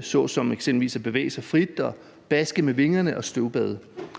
såsom eksempelvis at bevæge sig frit og baske med vingerne og støvbade,